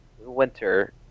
winter